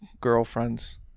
girlfriends